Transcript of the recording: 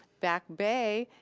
back bay,